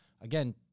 again